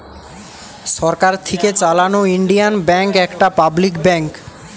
সরকার থিকে চালানো Indian bank একটা পাবলিক ব্যাঙ্ক